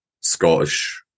Scottish